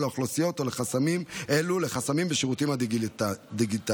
לאוכלוסיות אלו לחסמים בשירותים הדיגיטליים.